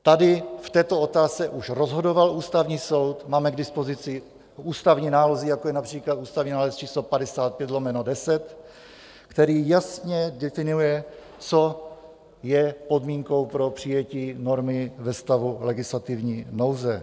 Tady v této otázce už rozhodoval Ústavní soud, máme k dispozici ústavní nálezy, jako je například ústavní nález č. 55/10, který jasně definuje, co je podmínkou pro přijetí normy ve stavu legislativní nouze.